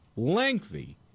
lengthy